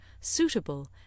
suitable